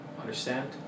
Understand